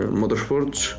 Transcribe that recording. motorsports